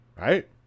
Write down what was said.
Right